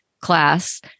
class